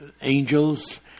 angels